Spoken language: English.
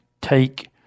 take